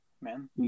man